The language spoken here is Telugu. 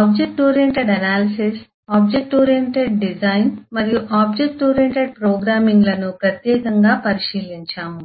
object oriented analysis object oriented design మరియు ఆబ్జెక్ట్ ఓరియెంటెడ్ ప్రోగ్రామింగ్లను ప్రత్యేకంగా పరిశీలించాము